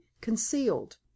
concealed